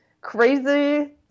crazy